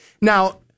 Now